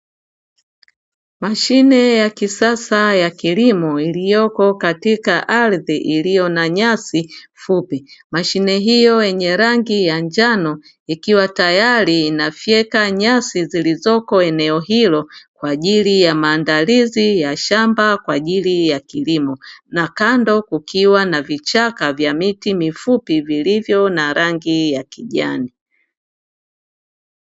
Mashine ya kisasa ya kilimo iliyoko katika ardhi iliyo na nyasi fupi. Mashine hiyo yenye rangi ya njano ikiwa tayari inafyeka nyasi zilizoko eneo hilo kwa ajili ya maandalizi ya shamba kwa ajili ya kilimo na kando kukiwa na vichaka vya miti mifupi vilivyo na rangi ya kijani.